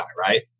right